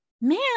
man